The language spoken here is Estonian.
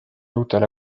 uutele